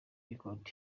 record